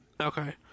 Okay